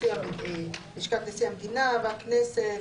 לשכת נשיא המדינה והכנסת,